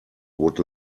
would